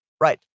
Right